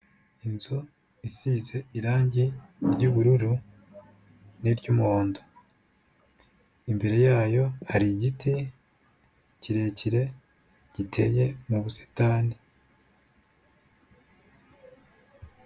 Inzu isize irangi ry'ubururu n'iry'umuhondo, imbere yayo hari igiti kirekire giteye mu busitani.